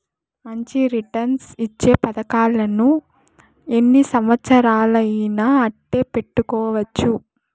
మంచి రిటర్న్స్ ఇచ్చే పతకాలను ఎన్ని సంవచ్చరాలయినా అట్టే పెట్టుకోవచ్చు